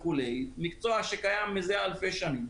מקצוע שקיים מזה אלפי שנים.